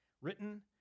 written